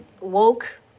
woke